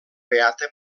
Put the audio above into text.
beata